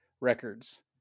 records